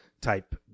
type